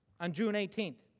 on june eighteen,